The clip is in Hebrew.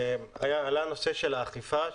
עלה הנושא של האכיפה,